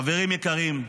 חברים יקרים,